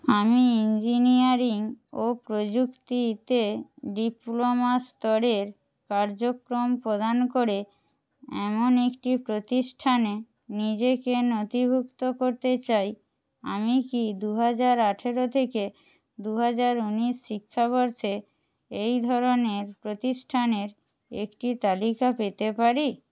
আমি ইঞ্জিনিয়ারিং ও প্রযুক্তিতে ডিপ্লোমা স্তরের কার্যক্রম প্রদান করে এমন একটি প্রতিষ্ঠানে নিজেকে নথিভুক্ত করতে চাই আমি কি দু হাজার আঠেরো থেকে দু হাজার ঊনিশ শিক্ষাবর্ষে এই ধরনের প্রতিষ্ঠানের একটি তালিকা পেতে পারি